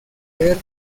ver